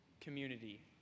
community